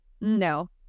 no